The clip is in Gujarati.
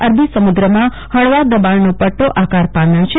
અરબી સમુદ્રમાં હળવા દબાણનો પટ્ટો આકાર પામ્યો છે